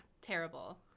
terrible